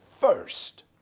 first